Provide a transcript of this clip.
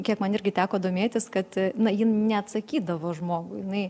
kiek man irgi teko domėtis kad na ji neatsakydavo žmogui jinai